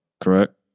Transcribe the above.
Correct